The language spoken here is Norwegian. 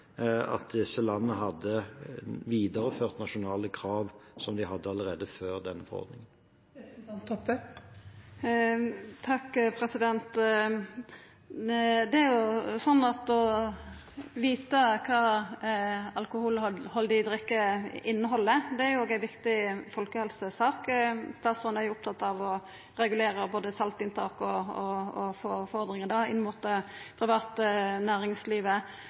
at disse landene har videreført nasjonale krav som de hadde allerede før den forordningen. Det er slik at det å vita kva alkoholhaldig drikke inneheld, òg er ei viktig folkehelsesak. Statsråden er jo opptatt av å regulera saltinntak osv. og å få forordningar der inn mot privat